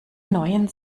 neuen